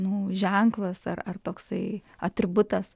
nu ženklas ar ar toksai atributas